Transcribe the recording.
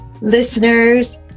listeners